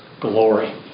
glory